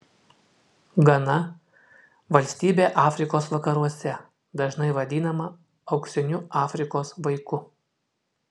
gana valstybė afrikos vakaruose dažnai vadinama auksiniu afrikos vaiku